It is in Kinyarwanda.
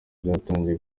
byatangiye